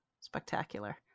Spectacular